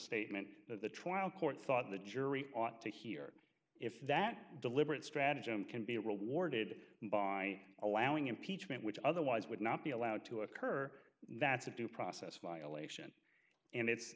statement that the trial court thought the jury ought to hear if that deliberate stratagem can be rewarded by allowing impeachment which otherwise would not be allowed to occur that's a due process violation and it's